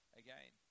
again